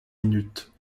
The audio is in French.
minutes